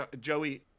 Joey